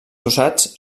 usats